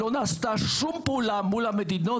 לא נעשתה שום פעולה מול המדינות